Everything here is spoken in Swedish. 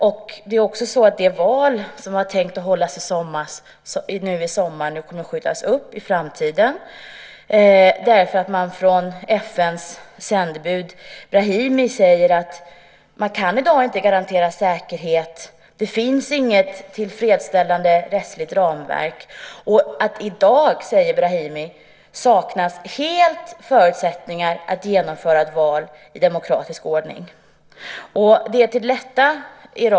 Och det val som var tänkt att hållas nu i sommar kommer att skjutas på framtiden därför att FN:s sändebud Brahimi säger att man inte kan garantera säkerhet i dag. Det finns inget tillfredsställande rättsligt ramverk. Brahimi säger att det i dag helt saknas förutsättningar att genomföra ett val i demokratisk ordning.